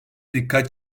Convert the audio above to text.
dikkat